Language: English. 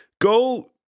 go